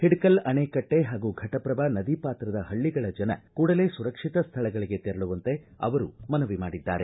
ಹಿಡಕಲ್ ಅಣೆಕಟ್ಟೆ ಹಾಗೂ ಘಟಪ್ರಭಾ ನದಿ ಪಾತ್ರದ ಪಳ್ಳಗಳ ಜನ ಕೂಡಲೇ ಸುರಕ್ಷಿತ ಸ್ಥಳಗಳಗೆ ತೆರಳುವಂತೆ ಅವರು ಮನವಿ ಮಾಡಿದ್ದಾರೆ